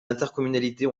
intercommunalités